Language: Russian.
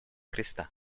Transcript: креста